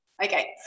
Okay